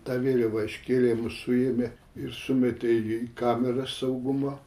tą vėliavą iškėlėm mus suėmė ir sumetė į kamerą saugumo